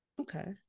okay